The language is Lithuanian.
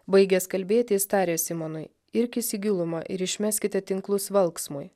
baigęs kalbėt jis tarė simonui irkis į gilumą ir išmeskite tinklus valksmui